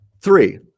Three